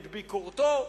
את ביקורתו,